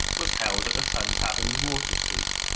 was held a tun tavern in water street,